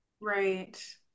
right